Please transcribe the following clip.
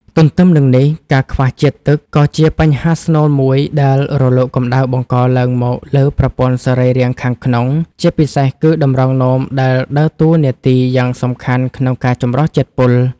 ទន្ទឹមនឹងនេះ ការខ្វះជាតិទឹកក៏ជាបញ្ហាស្នូលមួយដែលរលកកម្ដៅបង្កឡើងមកលើប្រព័ន្ធសរីរាង្គខាងក្នុង ជាពិសេសគឺតម្រងនោមដែលដើរតួនាទីយ៉ាងសំខាន់ក្នុងការចម្រោះជាតិពុល។